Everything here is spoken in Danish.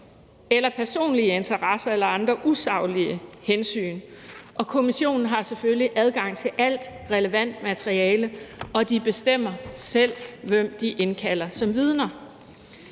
eller personlige interesser eller andre usaglige hensyn. Og kommissionen har selvfølgelig adgang til alt relevant materiale, og de bestemmer selv, hvem de indkalder som vidner.